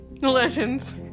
Legends